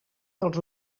dels